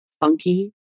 funky